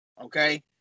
Okay